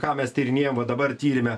ką mes tyrinėjam va dabar tyrime